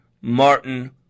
Martin